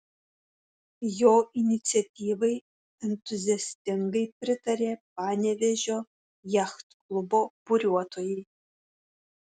jo iniciatyvai entuziastingai pritarė panevėžio jachtklubo buriuotojai